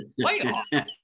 Playoffs